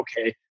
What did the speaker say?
okay